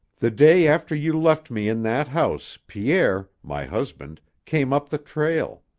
the day after you left me in that house, pierre, my husband, came up the trail.